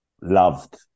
loved